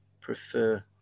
prefer